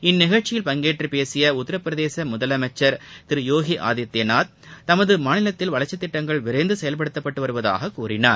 இந்நிகழ்ச்சியில் பங்கேற்று பேசிய உத்தரப்பிரதேச முதலமைச்சர் திரு யோகி ஆதித்பநாத் தமது மாநிலத்தில் வளர்ச்சித் திட்டங்கள் விரைந்து செயல்படுத்தப்பட்டு வருவதாக கூறினார்